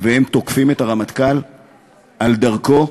והם תוקפים את הרמטכ"ל על דרכו.